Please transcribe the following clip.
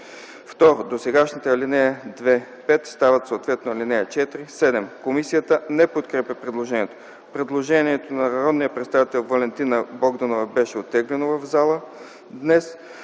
2. Досегашните ал. 2-5 стават съответно ал. 4-7. Комисията не подкрепя предложението. Предложението на народния представител Валентина Богданова беше оттеглено в зала днес.